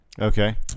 Okay